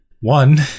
one